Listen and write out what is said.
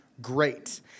great